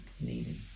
needing